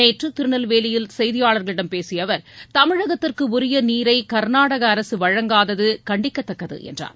நேற்றுதிருநெல்வேலியில் செய்தியாளர்களிடம் பேசியஅவர் தமிழகத்திற்குஉரியநீரைகர்நாடகஅரசுவழங்காததுகண்டிக்கத்தக்கதுஎன்றார்